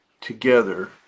together